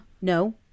No